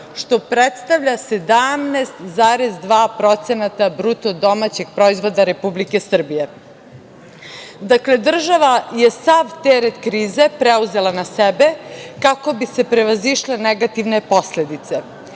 što predstavlja 17,2% BDP Republike Srbije. Dakle, država je sav teret krize preuzela na sebe kako bi se prevazišle negativne posledice.